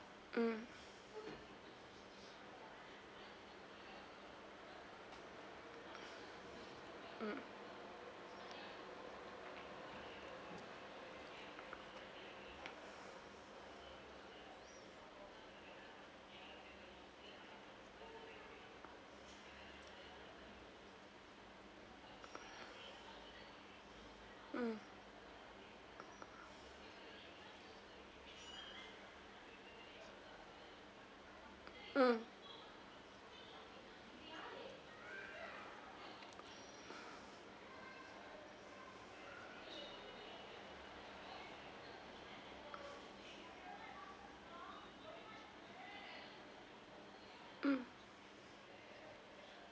mm mm mm mm mm